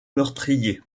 meurtrier